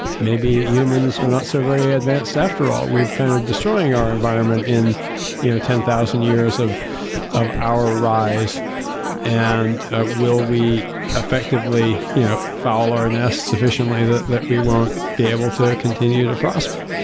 maybe humans are not so very advanced after all, we are kind of destroying our environment in you know ten thousand years of of our rise and will we effectively you know foul our nest sufficiently that that we won't be able to continue to prosper?